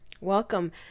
welcome